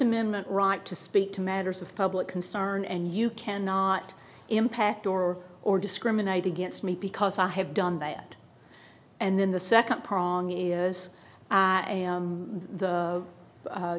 amendment right to speak to matters of public concern and you cannot impact or or discriminate against me because i have done that and then the nd prong is i am the